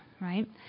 right